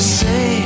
say